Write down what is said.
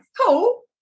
cool